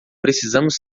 precisamos